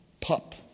pup